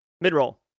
mid-roll